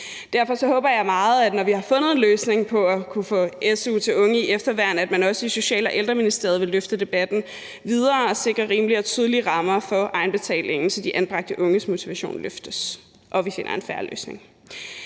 Derfor håber jeg meget, at man – når vi har fundet en løsning på at kunne give su til unge i efterværn – også i Social- og Ældreministeriet vil løfte debatten videre og sikre rimelige og tydelige rammer for egenbetalingen, så de anbragte unges motivation løftes og vi finder en fair løsning.